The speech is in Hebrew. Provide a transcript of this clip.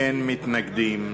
אין מתנגדים.